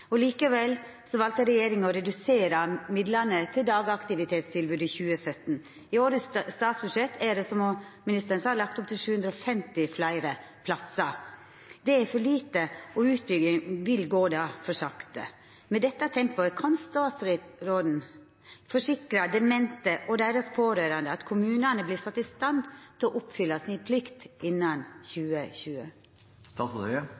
Likevel valde regjeringa å redusera midlane til dagaktivitetstilbod i 2017. I årets statsbudsjett er det, som statsråden sa, lagt opp til 750 fleire plassar. Det er for lite, og utbygginga vil gå for sakte. Med dette tempoet – kan statsråden forsikra demente og deira pårørande at kommunane vert sette i stand til å oppfylla plikta si innan